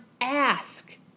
ask